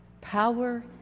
power